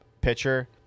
pitcher